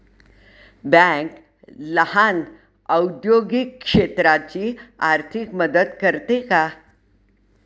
Bank लहान औद्योगिक क्षेत्राची आर्थिक मदत करते का?